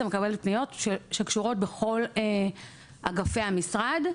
מקבלת פניות שקשורות לכל אגפי המשרד,